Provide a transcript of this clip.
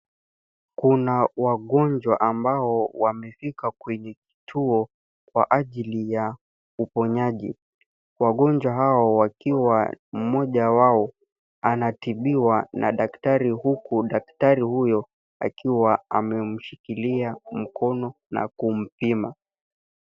Kuna wagonjwa ambao wamefika kwenye kituo kwa ajili ya uponyaji. Wagonjwa hao wakiwa mmoja wao anatibiwa na daktari huku daktari huyo akiwa amemshikilia mkono na kumpima.